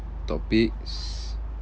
topics